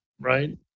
right